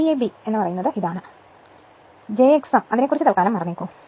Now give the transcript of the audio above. V A B ഇതാണ് j x m ഇതേക്കുറിച്ചു മറന്നേക്കൂ